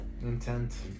Intent